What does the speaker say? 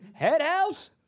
Headhouse